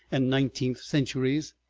and nineteenth centuries,